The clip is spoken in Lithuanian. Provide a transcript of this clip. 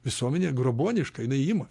visuomenę grobuoniškai jinai ima